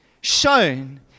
shown